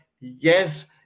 yes